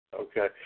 Okay